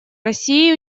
россии